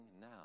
now